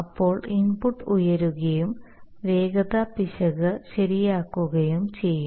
അപ്പോൾ ഇൻപുട്ട് ഉയരുകയും വേഗത പിശക് ശരിയാക്കുകയും ചെയ്യും